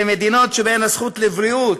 אלה מדינות שבהן הזכות לבריאות,